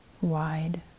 wide